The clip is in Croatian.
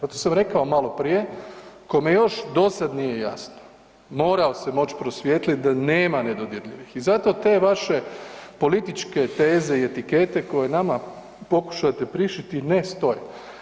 Pa to sam rekao malo prije, kome još do sada nije jasno moramo se moći prosvijetlit da nema nedodirljivih i zato te vaše političke teze i etikete koje nama pokušate prišiti ne stoje.